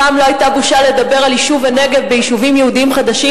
פעם לא היתה בושה לדבר על יישוב הנגב ביישובים יהודיים חדשים.